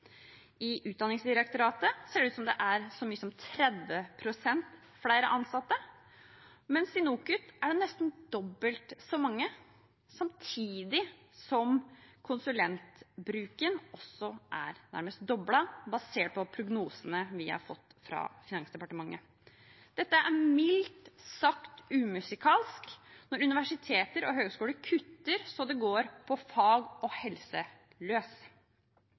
i 2013, i Utdanningsdirektoratet ser det ut til at det er så mye som 30 pst. flere ansatte, mens i NOKUT er det nesten dobbelt så mange, samtidig som konsulentbruken er nærmest doblet – basert på prognosene vi har fått fra Finansdepartementet. Dette er mildt sagt umusikalsk når universiteter og høyskoler kutter så det går på fag og helse løs.